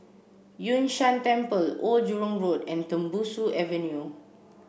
Yun Shan Temple Old Jurong Road and Tembusu Avenue